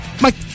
Mike